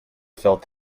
felt